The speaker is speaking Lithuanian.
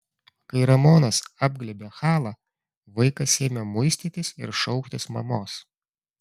kai ramonas apglėbė halą vaikas ėmė muistytis ir šauktis mamos